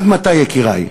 עד מתי, יקירי?